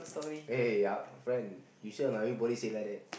eh ya friend you sure or not everybody say like that